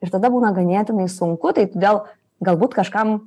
ir tada būna ganėtinai sunku tai todėl galbūt kažkam